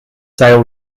tail